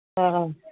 ꯑꯥ ꯑꯥ